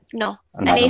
no